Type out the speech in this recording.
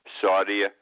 Saudi